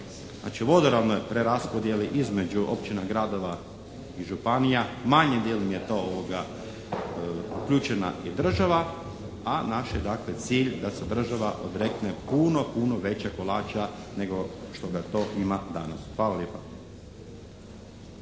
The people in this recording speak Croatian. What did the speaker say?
znači vodoravnoj preraspodjeli između općina, gradova i županija. Manjim dijelom je to uključena i država a naš je cilj da se država odrekne puno, puno većeg kolača nego što ga to ima danas. Hvala lijepa.